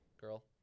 girl